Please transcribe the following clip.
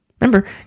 Remember